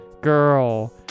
girl